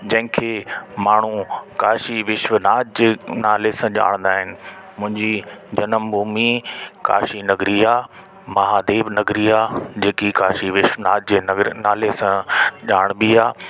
जंहिंखे माण्हू काशी विश्वनाथ जे नाले सां ॼाणदा आहिनि मुंहिंजी जनमु भूमी काशी नगरी आहे महादेव नगरी आहे जेकी काशी विश्वनाथ जे नगर नाले सां ॼाण बि आहे